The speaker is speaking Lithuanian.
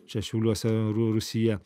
čia šiauliuose rusija